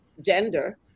gender